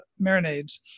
marinades